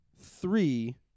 three